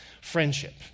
Friendship